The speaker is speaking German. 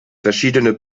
verschiedene